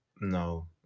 No